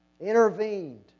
intervened